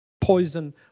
poison